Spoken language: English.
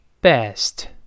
best